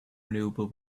renewable